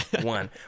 one